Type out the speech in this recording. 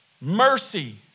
mercy